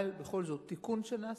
אבל בכל זאת תיקון שנעשה,